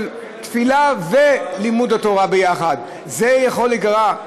של תפילה ולימוד התורה ביחד, זה יכול להיגרע?